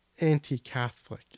anti-Catholic